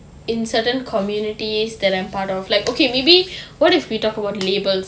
in certain communities that I'm part of like okay maybe what if we talk about labels